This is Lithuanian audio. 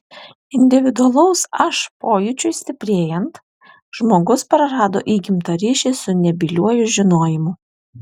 individualaus aš pojūčiui stiprėjant žmogus prarado įgimtą ryšį su nebyliuoju žinojimu